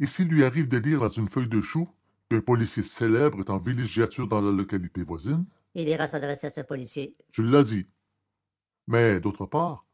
et s'il lui arrive de lire dans une feuille de chou qu'un policier célèbre est en villégiature dans la localité voisine il ira s'adresser à ce policier vous l'avez dit mais d'autre part